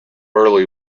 early